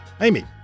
Amy